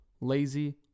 lazy